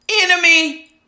enemy